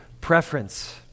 preference